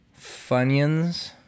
Funyuns